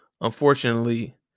unfortunately